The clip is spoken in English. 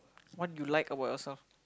what you like about yourself